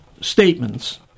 statements